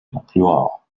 l’emploi